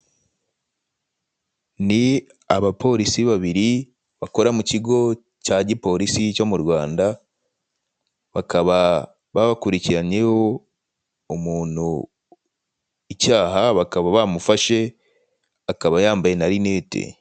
Ni abapolisi babiri bakora mu kigo cya gipolisi cyo mu Rwanda, bakaba bakurikiranyeho umuntu icyaha bakaba bamufashe, akaba yambaye na rinete.